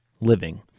living